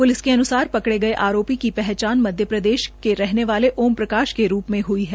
police के अनुसार पकड़े गये आरोपी की पहचान मध्यप्रदेश के रहने वाले ओम प्रकाश के रूप मे हुई है